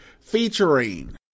featuring